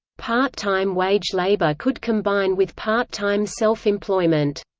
part-time wage labour could combine with part-time self-employment.